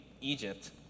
Egypt